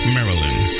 Maryland